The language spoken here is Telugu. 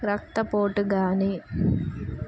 రక్తపోటు కాని